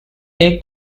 they